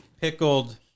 pickled